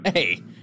Hey